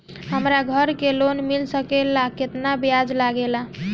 हमरा घर के लोन मिल सकेला केतना ब्याज लागेला?